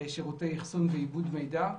שירותי אחסון ועיבוד מידע,